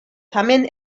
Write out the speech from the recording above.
tamen